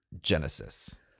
Genesis